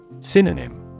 Synonym